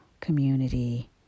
community